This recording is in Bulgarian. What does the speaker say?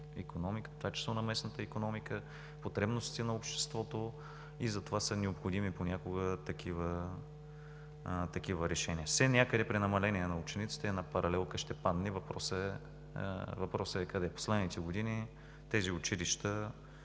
икономиката, в това число на местната икономика, потребностите на обществото. Затова понякога са необходими такива решения. Все някъде, при намаление на учениците, една паралелка ще падне, въпросът е къде. В последните години тези училища,